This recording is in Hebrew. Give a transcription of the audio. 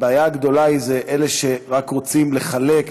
הבעיה הגדולה היא אלה שרק רוצים לחלק,